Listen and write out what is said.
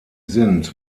sind